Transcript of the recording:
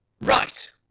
Right